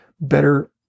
better